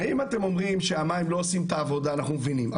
הרי אם אתם אומרים שהמים לא עושים את העבודה אנחנו מבינים,